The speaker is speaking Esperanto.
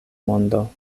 mondo